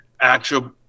actual